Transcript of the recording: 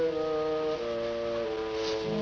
oh